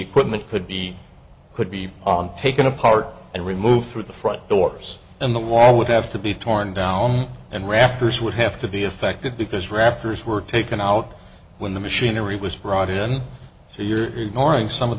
equipment could be could be on taken apart and removed through the front doors and the wall would have to be torn down and rafters would have to be affected because rafters were taken out when the machinery was brought in so your morning some of